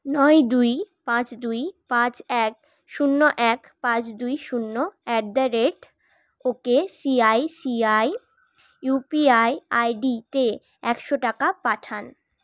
নয় দুই পাঁচ দুই পাঁচ এক শূন্য এক পাঁচ দুই শূন্য at the rate ok ICICI UPI I ডিতে একশো টাকা পাঠান